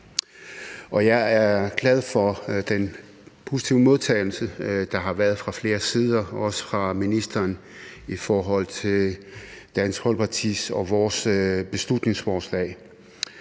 Jeg er glad for den positive modtagelse, der har været fra flere sider, også fra ministeren, i forhold til Dansk Folkeparti og vores beslutningsforslag.